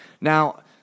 Now